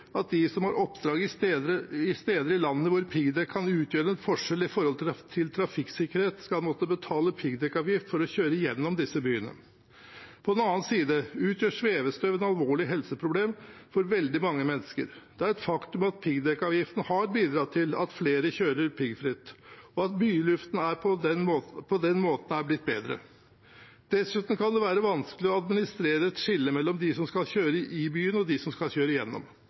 at de som har oppdrag på steder i landet hvor piggdekk kan utgjøre en forskjell med tanke på trafikksikkerhet, skal måtte betale piggdekkavgift for å kjøre gjennom disse byene. På den annen side utgjør svevestøv et alvorlig helseproblem for veldig mange mennesker. Det er et faktum at piggdekkavgiften har bidratt til at flere kjører piggfritt, og at byluften på den måten har blitt bedre. Dessuten kan det være vanskelig å administrere et skille mellom dem som skal kjøre i byen, og dem som skal kjøre gjennom.